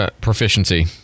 proficiency